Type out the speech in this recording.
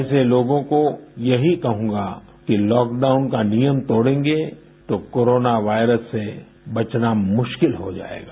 ऐसे लोगों को यही कहूंगा कि लॉकडाउन का नियम तोड़ेंगे तो कोरोना वायरस से बचना मुश्किल हो जायेगा